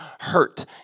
hurt